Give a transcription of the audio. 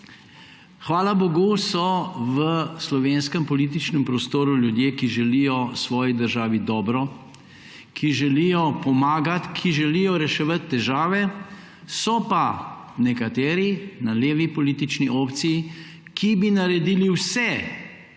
Hvala bogu, so v slovenskem političnem prostoru ljudje, ki želijo svoji državi dobro, ki želijo pomagati, ki želijo reševati težave, so pa nekateri na levi politični opciji, ki bi naredili vse,